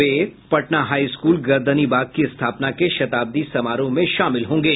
वे Patna high school Gardanibagh की स्थापना के शताब्दी समारोह में शामिल होंगे